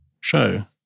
show